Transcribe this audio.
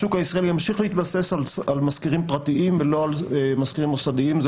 השוק הישראלי ימשיך להתבסס על משכירים פרטיים ולא על משכירים מוסדיים.